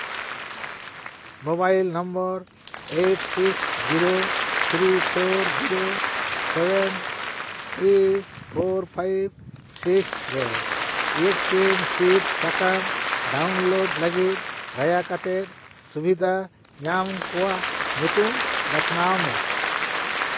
mobile number eight six zero three four zero seven three four five six ᱨᱮ ᱭᱮᱠᱥᱤᱱ ᱥᱤᱫ ᱥᱟᱠᱟᱢ download ᱞᱟᱹᱜᱤᱫ ᱫᱟᱭᱟᱠᱟᱛᱮ ᱥᱩᱵᱤᱫᱟ ᱧᱟᱢ ᱠᱚᱣᱟᱜ ᱧᱩᱛᱩᱢ ᱵᱟᱪᱷᱱᱟᱣ ᱢᱮ